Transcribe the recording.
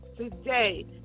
Today